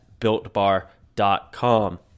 builtbar.com